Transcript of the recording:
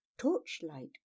Torchlight